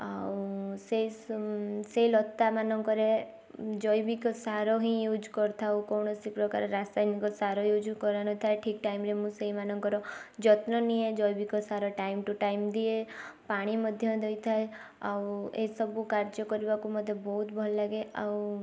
ଆଉ ସେଇସବୁ ସେଇ ଲତାମାନଙ୍କରେ ଜୈବିକ ସାର ହିଁ ୟୁଜ୍ କରିଥାଉ କୌଣସି ପ୍ରକାର ରାସାୟନିକ ସାର ୟୁଜ୍ କରାହେଇନଥାଏ ଠିକ୍ ଟାଇମ୍ ରେ ମୁଁ ସେଇମାନଙ୍କର ଯତ୍ନ ନିଏ ଜୈବିକ ସାର ଟାଇମ୍ ଟୁ ଟାଇମ୍ ଦିଏ ପାଣି ମଧ୍ୟ ଦେଇଥାଏ ଆଉ ଏଇ ସବୁ କାର୍ଯ୍ୟ କରିବାକୁ ମୋତେ ବହୁତ ଭଲଲାଗେ ଆଉ